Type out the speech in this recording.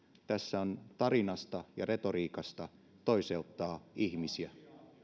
tässä on kyse tarinasta ja retoriikasta joka toiseuttaa ihmisiä